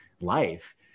life